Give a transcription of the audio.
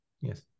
Yes